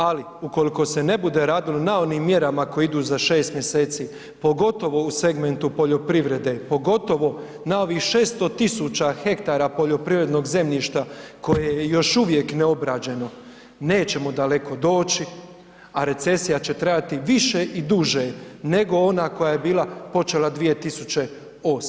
Ali ukoliko se ne bude radilo na onim mjerama koje idu za 6 mjeseci, pogotovo u segmentu poljoprivrede, pogotovo na ovih 600.000 hektara poljoprivrednog zemljišta koje je još uvijek neobrađeno, nećemo daleko doći, a recesija će trajati više i duže nego ona koja je počela 2008.